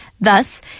Thus